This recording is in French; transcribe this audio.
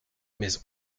maison